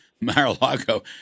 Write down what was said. Mar-a-Lago